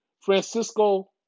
Francisco